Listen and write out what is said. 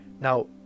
Now